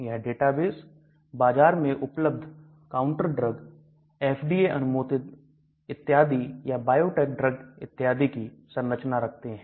यह डेटाबेस बाजार में उपलब्ध काउंटर ड्रग FDA अनुमोदित इत्यादि या बायोटेक ड्रग इत्यादि की संरचना रखते हैं